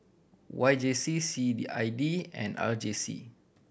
Y J C C D I D and R J C